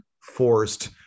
forced